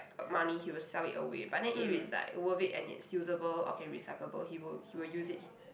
money he will sell it away but then if it's like worth it and it's usable or can recyclable he will he will use it